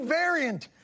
variant